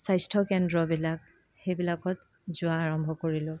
স্বাস্থ্যকেন্দ্ৰবিলাক সেইবিলাকত যোৱা আৰম্ভ কৰিলোঁ